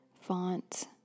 font